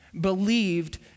believed